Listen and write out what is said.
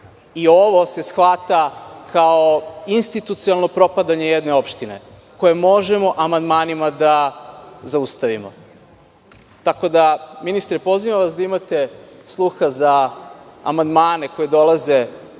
I ovo se shvata kao institucionalno propadanje jedne opštine koje možemo amandmanima da zaustavimo. Ministre, pozivam vas da imate sluha za amandmane koji dolaze